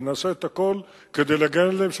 ונעשה את הכול כדי להגן עליהם.